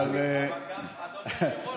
היושב-ראש,